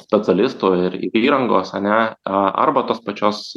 specialisto ir įrangos ane a arba tos pačios